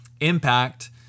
Impact